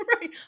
Right